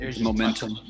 momentum